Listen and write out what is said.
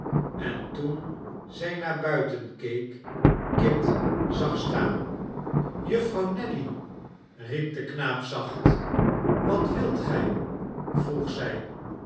en toen zij naar buiten keek kit zag staan getrouwheid van kit jufvrouw nelly riep de knaap zacht wat wilt gij vroeg zij